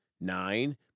Nine